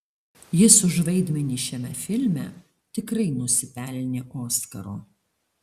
jis už vaidmenį šiame filme tikrai nusipelnė oskaro